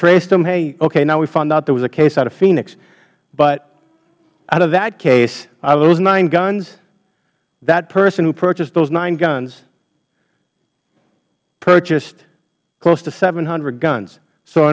traced them hey okay now we found out there was a case out of phoenix but out of that case out of those nine guns that person who purchased those nine guns purchased close to seven hundred guns so